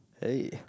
hey